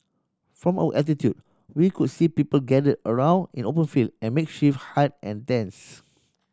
from our altitude we could see people gathered around in open field in makeshift hut and tents